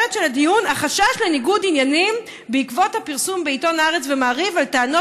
החשש לניגוד עניינים בעקבות הפרסום בעיתון הארץ ומעריב על טענות